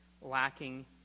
lacking